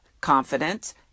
confidence